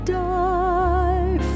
die